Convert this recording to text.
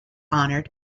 honored